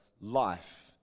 life